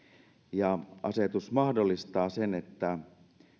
asetus mahdollistaa sen että